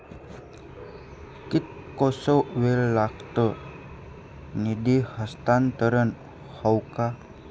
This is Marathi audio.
कितकोसो वेळ लागत निधी हस्तांतरण हौक?